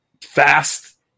Fast